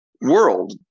world